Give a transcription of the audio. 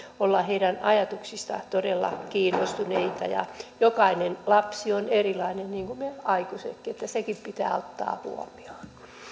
olla heidän ajatuksistaan todella kiinnostuneita jokainen lapsi on erilainen niin kuin me aikuisetkin ja sekin pitää ottaa huomioon